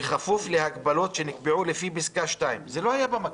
"בכפוף להגבלות שנקבעו לפי פסקה (2)" וזה לא היה במקור.